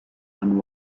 and